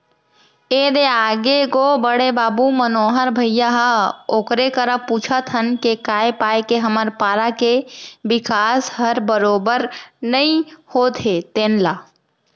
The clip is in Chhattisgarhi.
ए दे आगे गो बड़े बाबू मनोहर भइया ह ओकरे करा पूछत हन के काय पाय के हमर पारा के बिकास हर बरोबर नइ होत हे तेन ल